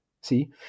see